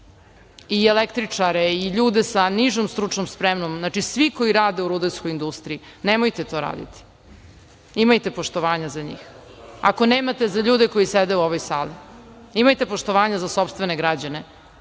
i električare i ljude sa nižom stručnom spremom, znači svi koji rade u rudarskoj industriji. Nemojte to raditi. Imajte poštovanja za njih. Ako nemate za ljude koji sede u ovoj sali, imajte poštovanja za sopstvene građane,